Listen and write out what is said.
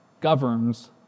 governs